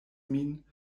min